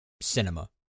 cinema